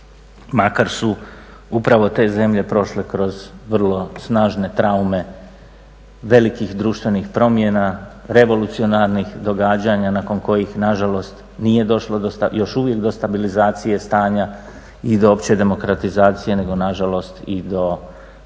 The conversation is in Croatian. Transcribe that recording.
makar su upravo te zemlje prošle kroz vrlo snažne traume velikih društvenih promjena, revolucionarnih događanja nakon kojih nažalost nije došlo još uvijek do stabilizacije stanje i do opće demokratizacije, nego nažalost i do u nekim